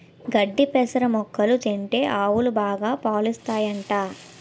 గడ్డి పెసర మొక్కలు తింటే ఆవులు బాగా పాలుస్తాయట